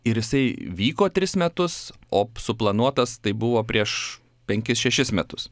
ir jisai vyko tris metus o suplanuotas tai buvo prieš penkis šešis metus